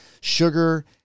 sugar